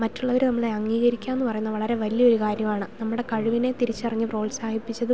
മറ്റുള്ളവർ നമ്മളെ അംഗീകരിക്കുക എന്നു പറയുന്ന വളരെ വലിയ ഒരു കാര്യമാണ് നമ്മുടെ കഴിവിനെ തിരിച്ചറഞ്ഞു പ്രോത്സാഹിപ്പിച്ചതും